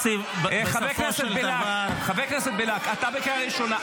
------ חבר הכנסת בליאק, אתה בקריאה ראשונה.